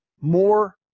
more